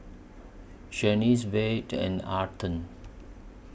Shaniece Vaughn and Arden